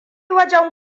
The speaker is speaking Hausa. wajen